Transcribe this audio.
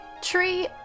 Tree